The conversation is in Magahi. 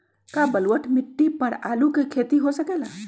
का बलूअट मिट्टी पर आलू के खेती हो सकेला?